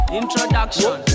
introduction